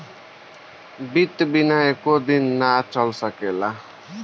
वित्त बिना एको दिन जीवन नाइ चल सकेला